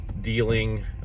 dealing